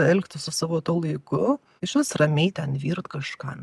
elgtis su savo tuo laiku išvis ramiai ten virt kažką